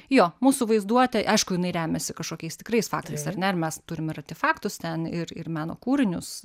jo mūsų vaizduotė aišku jinai remiasi kažkokiais tikrais faktais ar ne ir mes turime ir atrefaktus ten ir ir meno kūrinius